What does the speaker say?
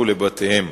בתואר נשיא,